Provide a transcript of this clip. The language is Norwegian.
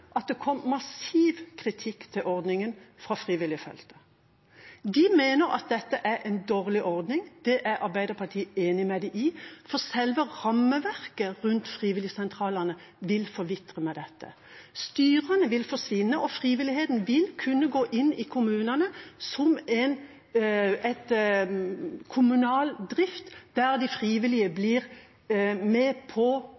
kom massiv kritikk av ordningen fra frivilligfeltet. De mener at dette er en dårlig ordning, og det er Arbeiderpartiet enig med dem i. Selve rammeverket rundt frivilligsentralene vil forvitre med dette. Styrene vil forsvinne, og frivilligheten vil kunne gå inn i kommunene som en kommunal drift der de frivillige blir med på